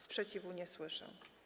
Sprzeciwu nie słyszę.